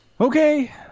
Okay